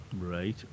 Right